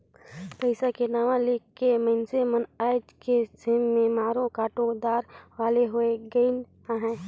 पइसा के नांव ले के मइनसे मन आएज के समे में मारो काटो दार वाले होए गइन अहे